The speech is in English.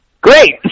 Great